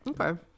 Okay